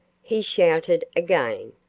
he shouted again.